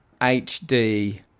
HD